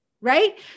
right